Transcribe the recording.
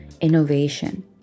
innovation